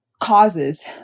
causes